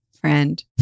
friend